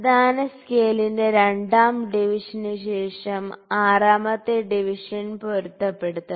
പ്രധാന സ്കെയിലിന്റെ രണ്ടാം ഡിവിഷനുശേഷം ആറാമത്തെ ഡിവിഷൻ പൊരുത്തപ്പെടണം